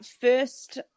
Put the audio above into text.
first